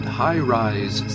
high-rise